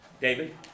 David